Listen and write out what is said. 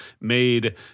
made